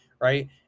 Right